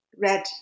Red